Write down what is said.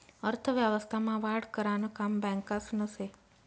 अर्थव्यवस्था मा वाढ करानं काम बॅकासनं से